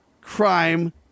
crime